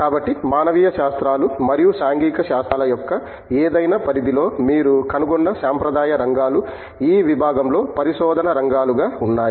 కాబట్టి మానవీయ శాస్త్రాలు మరియు సాంఘిక శాస్త్రాల యొక్క ఏదైనా పరిధి లో మీరు కనుగొన్న సాంప్రదాయ రంగాలు ఈ విభాగంలో పరిశోధన రంగాలుగా ఉన్నాయి